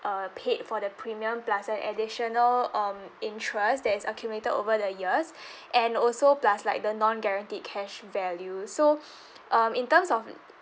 uh paid for the premium plus an additional um interest that is accumulated over the years and also plus like the non-guaranteed cash value so um in terms of